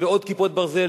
ועוד "כיפות ברזל",